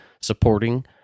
supporting